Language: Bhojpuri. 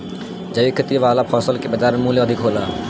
जैविक खेती वाला फसल के बाजार मूल्य अधिक होला